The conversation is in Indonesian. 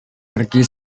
pergi